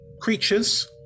creatures